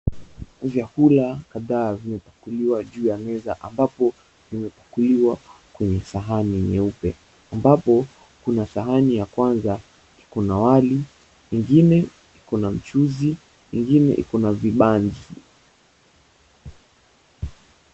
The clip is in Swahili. Vyakula kadhaa vimepakuliwa juu ya meza, ambapo vimepakuliwa kwenye sahani nyeupe, ambapo kuna sahani ya kwanza kuna wali, ingine iko na mchuzi, ingine iko na vibanzi.